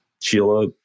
Sheila